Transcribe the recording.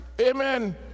amen